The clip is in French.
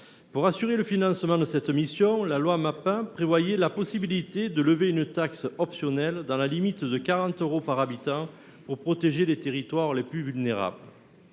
Pour assurer le financement de cette attribution, la loi Maptam prévoyait la possibilité de lever une taxe optionnelle, dans la limite de 40 euros par habitant, afin de protéger les territoires les plus vulnérables.